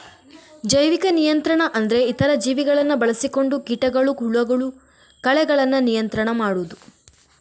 ಜೈವಿಕ ನಿಯಂತ್ರಣ ಅಂದ್ರೆ ಇತರ ಜೀವಿಗಳನ್ನ ಬಳಸಿಕೊಂಡು ಕೀಟಗಳು, ಹುಳಗಳು, ಕಳೆಗಳನ್ನ ನಿಯಂತ್ರಣ ಮಾಡುದು